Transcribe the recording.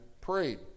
prayed